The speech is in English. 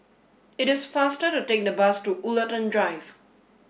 it is faster to take the bus to Woollerton Drive